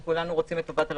וכולנו רוצים את טובת הלקוחות.